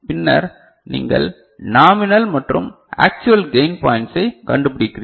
பின்னர் நீங்கள் நாமினல் மற்றும் ஆக்சுவல் கையின் பாய்ண்ட்சைக் கண்டுபிடிக்கிறீர்கள்